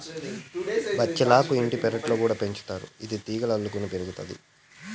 బచ్చలాకు ఇంటి పెరట్లో కూడా పెంచుతారు, ఇది తీగలుగా అల్లుకొని పెరుగుతాది